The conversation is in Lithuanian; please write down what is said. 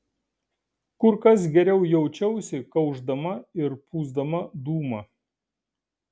kur kas geriau jaučiausi kaušdama ir pūsdama dūmą